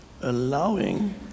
allowing